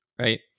right